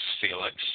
Felix